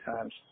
times